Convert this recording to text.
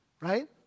right